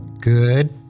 Good